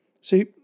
See